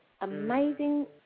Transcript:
amazing